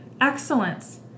excellence